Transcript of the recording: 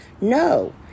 no